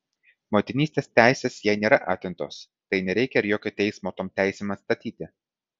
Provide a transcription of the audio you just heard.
motinystės teisės jai nėra atimtos tai nereikia ir jokio teismo tom teisėm atstatyti